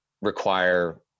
require